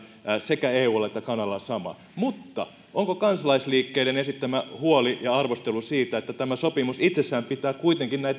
sekä eulla että kanadalla sama mutta kansalaisliikkeiden esittämä huoli ja arvostelu siitä että tämä sopimus itsessään pitää kuitenkin sisällään näitten